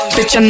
Bitch